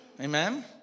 Amen